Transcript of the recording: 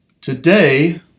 Today